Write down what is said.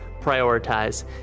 prioritize